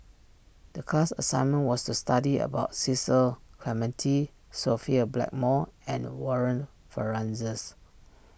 the class assignment was to study about Cecil Clementi Sophia Blackmore and Warren Fernandez's